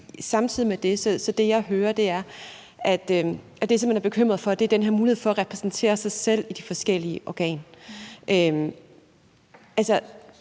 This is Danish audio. Samtidig med det er det, jeg hører, at man er bekymret for den her mulighed for at repræsentere sig selv i de forskellige organer.